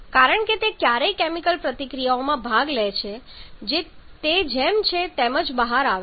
કારણ કે તે ક્યારેય કેમિકલ પ્રતિક્રિયામાં ભાગ લે છે જે તે જેમ છે તેમ બહાર આવે છે